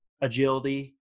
agility